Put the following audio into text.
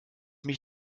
mich